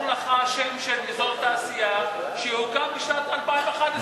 לך שם של אזור תעשייה שהוקם בשנת 2011?